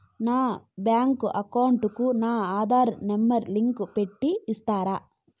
నా bank account కు నా ఆధార్ నెంబర్ లింకు పెట్టి ఇస్తారా?